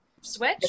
switch